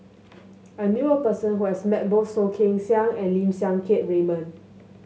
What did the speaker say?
I knew a person who has met both Soh Kay Siang and Lim Siang Keat Raymond